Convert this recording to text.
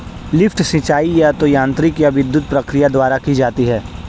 lift सिंचाई या तो यांत्रिक या विद्युत प्रक्रिया द्वारा की जाती है